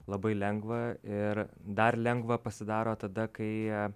labai lengva ir dar lengva pasidaro tada kai